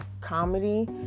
comedy